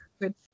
good